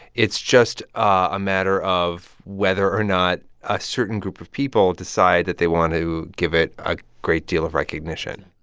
it's just a matter of whether or not a certain group of people decide that they want to give it a great deal of recognition